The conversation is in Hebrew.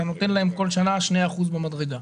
אתה נותן להם כל שנה שני אחוזים במדרגה.